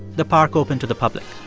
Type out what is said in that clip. the park opened to the public